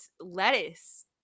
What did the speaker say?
lettuce